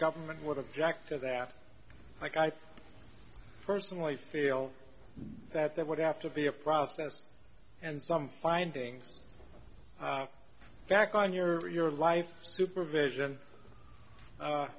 government would object to that like i personally feel that there would have to be a process and some findings back on your or your life supervision